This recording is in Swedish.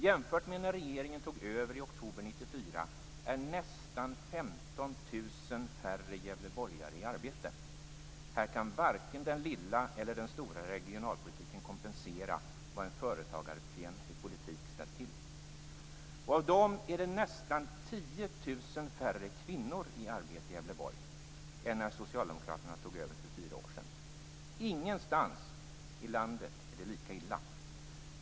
Jämfört med när regeringen tog över i oktober 1994 är nästan 15 000 färre gävleborgare i arbete. Här kan varken den lilla eller den stora regionalpolitiken kompensera vad en företagarfientlig politik ställt till. Av dem är det nästan 10 000 färre kvinnor i arbete i Gävleborg än när socialdemokraterna tog över för fyra år sedan. Ingenstans i landet är det lika illa.